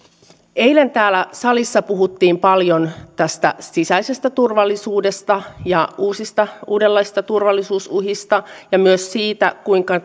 eilen täällä salissa puhuttiin paljon tästä sisäisestä turvallisuudesta ja uusista uudenlaisista turvallisuusuhista ja myös siitä kuinka